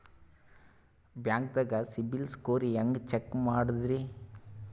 ಬ್ಯಾಂಕ್ದಾಗ CIBIL score ಹೆಂಗ್ check ಮಾಡದ್ರಿ?